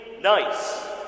nice